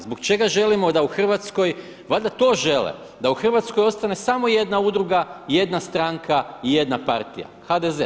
Zbog čega želimo da u Hrvatskoj, valjda to žele da u Hrvatskoj ostane samo jedna udruga, jedna stranka i jedna partija HDZ.